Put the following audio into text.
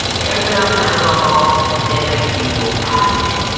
they open up an amazon box and then they see your packaging.